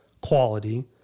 quality